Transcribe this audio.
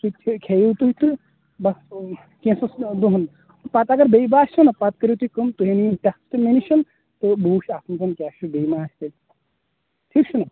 سُہ تہِ کھیٚیِو تُہۍ تہٕ بَس کیٚنٛژھس دۄہَن پَتہٕ اَگر بیٚیہِ باسیٚو نا پَتہٕ کٔرِو تُہۍ کٲم تُہۍ أنِو یِم ٹیٚسٹہٕ مےٚ نِش تہٕ بہٕ وُچھٕ اَتھ منٛز کیٛاہ چھُ بیٚیہِ ما آسہِ ٹھیٖک چھُناہ